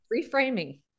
reframing